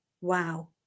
wow